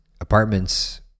apartments